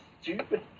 stupid